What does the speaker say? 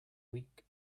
weak